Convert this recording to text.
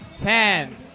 ten